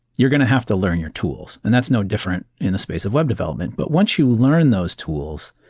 you're going to have to learn your tools, and that's no different in the space of web development. but once you learn those tools,